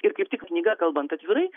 ir kaip tik knyga kalbant atvirai